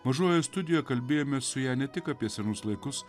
mažoji studija kalbėjome su ja ne tik apie senus laikus